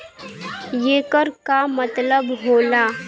येकर का मतलब होला?